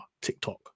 TikTok